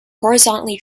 horizontally